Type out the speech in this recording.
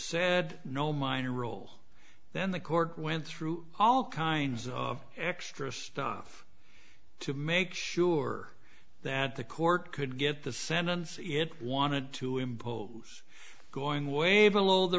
said no minor rule then the court went through all kinds of extra stuff to make sure that the court could get the sentence it wanted to impose going way below the